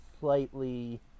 Slightly